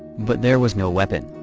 but there was no weapon,